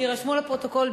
שיירשמו לפרוטוקול,